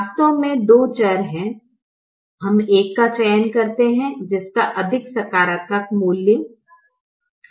वास्तव में 2 चर हैं हम 1 का चयन करते हैं जिसका अधिक सकारात्मक मूल्य 2 है